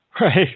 Right